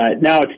now